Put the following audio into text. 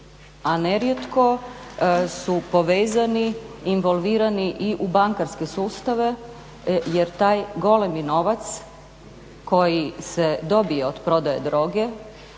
a nerijetko su povezani, involvirani i u bankarske sustave jer taj golemi novac koji se dobije od prodaje droge,